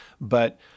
But-